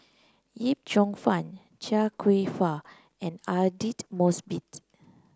Yip Cheong Fun Chia Kwek Fah and Aidli Mosbit